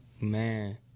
Man